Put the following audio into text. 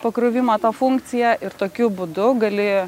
pakrovimo tą funkciją ir tokiu būdu gali